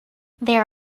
there